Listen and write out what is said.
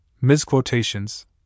Misquotations